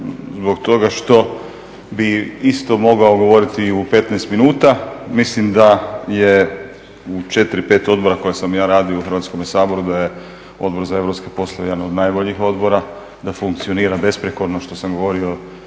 zbog toga što bi isto mogao govoriti i u 15 minuta. Mislim da je u 4, 5 odbora u koja sam ja radio u Hrvatskome saboru da je Odbor za europske poslove jedan od najboljih odbora, da funkcionira besprijekorno što sam govorio